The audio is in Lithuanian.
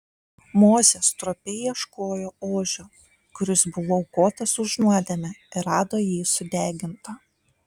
mozė stropiai ieškojo ožio kuris buvo aukotas už nuodėmę ir rado jį sudegintą